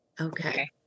Okay